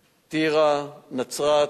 טירה, נצרת,